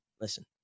listen